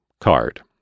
card